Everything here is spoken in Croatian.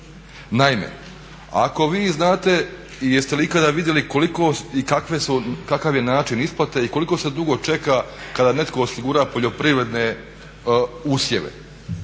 Naime, ako vi znate i jeste li ikada vidjeli koliko i kakav je način isplate i koliko se dugo čeka kada netko osigura poljoprivredne usjeve